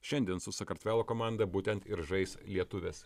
šiandien su sakartvelo komanda būtent ir žais lietuvės